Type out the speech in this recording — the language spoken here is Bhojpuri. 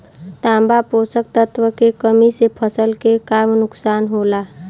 तांबा पोषक तत्व के कमी से फसल के का नुकसान होला?